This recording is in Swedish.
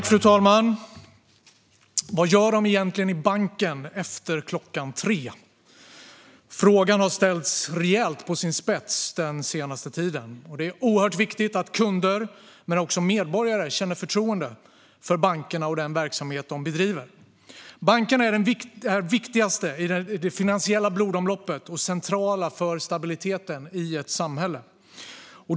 Fru talman! Vad gör de egentligen på banken efter klockan tre? Frågan har ställts på sin spets rejält den senaste tiden. Det är oerhört viktigt att kunder men också medborgare känner förtroende för bankerna och den verksamhet de bedriver. Bankerna är det viktigaste i det finansiella blodomloppet och centrala för stabiliteten i ett samhälle.